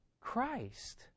Christ